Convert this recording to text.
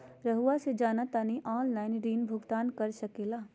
रहुआ से जाना तानी ऑनलाइन ऋण भुगतान कर सके ला?